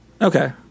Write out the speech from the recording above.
Okay